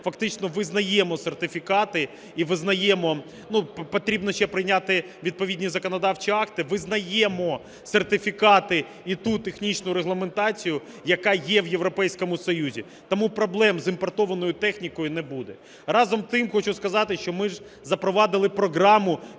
фактично визнаємо сертифікати і визнаємо… Ну, потрібно ще прийняти відповідні законодавчі акти, визнаємо сертифікати і ту технічну регламентацію, яка є в Європейському Союзі. Тому проблем з імпортованою технікою не буде. Разом із тим, хочу сказати, що ми ж запровадили програму